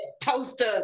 toaster